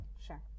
Sure